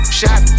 shot